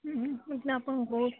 ମୁଁ ସିନା ଆପଣଙ୍କ ବହୁତ